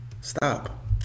stop